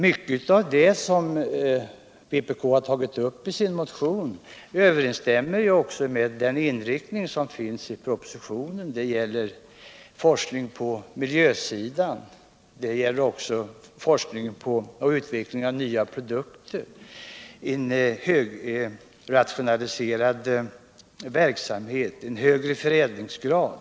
Mycket av det som vpk framför i sin motion finns emellertid också med i propositionen. Det gäller forskningen på miljösidan samt utvecklingen av nya produkter. Det gäller också förslagen om en högrationaliserad verksamhet och en hög förädlingsgrad.